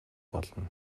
болно